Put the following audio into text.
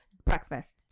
breakfast